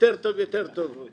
יותר טוב, יותר טוב.